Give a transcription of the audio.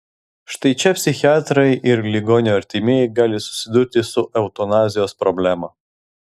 štai čia psichiatrai ir ligonio artimieji gali susidurti su eutanazijos problema